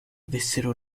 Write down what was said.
avessero